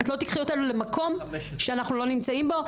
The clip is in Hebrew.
את לא תיקחי אותנו למקום שאנחנו לא נמצאים בו.